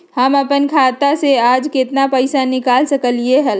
हम अपन खाता में से आज केतना पैसा निकाल सकलि ह?